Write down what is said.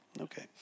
Okay